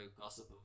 gossip